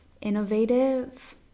innovative